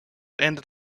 ended